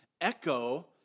echo